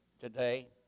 today